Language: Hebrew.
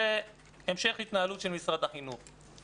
זה המשך התנהלות של משרד החינוך.